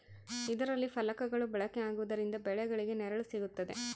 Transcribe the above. ಇದರಲ್ಲಿ ಫಲಕಗಳು ಬಳಕೆ ಆಗುವುದರಿಂದ ಬೆಳೆಗಳಿಗೆ ನೆರಳು ಸಿಗುತ್ತದೆ